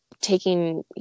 taking